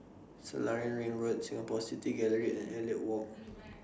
Selarang Ring Road Singapore City Gallery and Elliot Walk